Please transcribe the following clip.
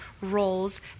roles